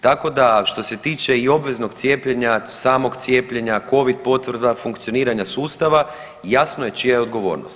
Tako da što se tiče i obveznog cijepljenja, samog cijepljenja, covid potvrda funkcioniranja sustava jasno je čija je odgovornost.